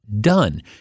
done